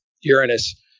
Uranus